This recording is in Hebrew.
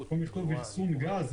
במקום לכתוב "אחסון גז,